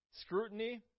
scrutiny